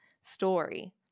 story